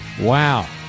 Wow